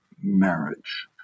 marriage